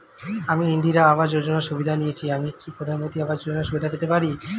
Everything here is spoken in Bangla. আমি ইন্দিরা আবাস যোজনার সুবিধা নেয়েছি আমি কি প্রধানমন্ত্রী আবাস যোজনা সুবিধা পেতে পারি?